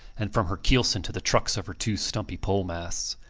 and from her keelson to the trucks of her two stumpy pole-masts.